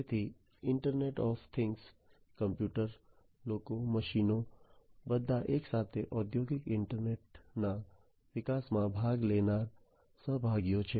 તેથી internet of thing computer લોકો મશીનો બધા એકસાથે ઔદ્યોગિક ઈન્ટરનેટના વિકાસમાં ભાગ લેનારા સહભાગીઓ છે